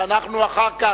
ואחר כך,